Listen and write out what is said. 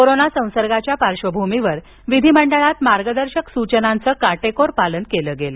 corona संसर्गाच्या पार्श्वभूमीवर विधिमंडळात मार्गदर्शक सूचनांचं काटेकोर पालन केलं गेलं